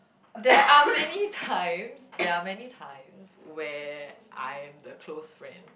there are many times there are many times where I am the close friend